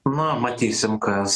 na matysim kas